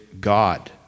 God